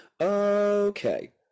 Okay